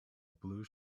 blue